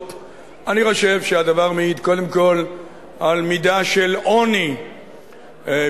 חושב שהדבר מעיד קודם כול על מידה של עוני ביכולתה